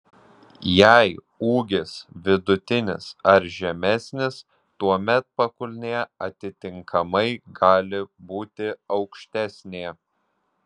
jei ūgis vidutinis ar žemesnis tuomet pakulnė atitinkamai gali būti aukštesnė